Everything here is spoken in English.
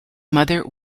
mother